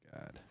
God